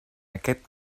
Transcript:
aquest